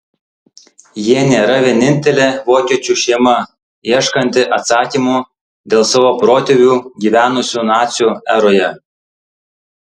jie nėra vienintelė vokiečių šeima ieškanti atsakymų dėl savo protėvių gyvenusių nacių eroje